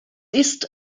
ist